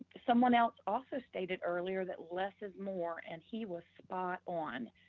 someone else also stated earlier that less is more and he was spot on.